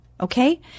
Okay